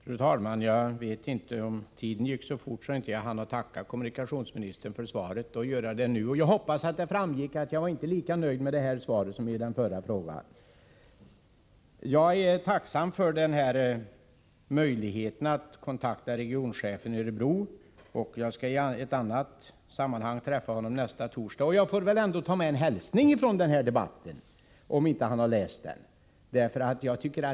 Fru talman! Tiden gick visst så fort att jag inte hann tacka kommunikationsministern för svaret, så det gör jag nu. Jag hoppas att det framgick att jag inte är lika nöjd med detta svar som med det föregående. Jag är tacksam för möjligheten att kontakta regionchefen i Örebro. Jag skall i ett annat sammanhang träffa honom nästa torsdag, och jag får väl ta med en hälsning till honom från denna debatt, om han inte har läst om den.